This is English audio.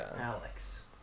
Alex